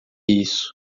isso